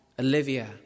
Olivia